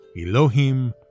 Elohim